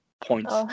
points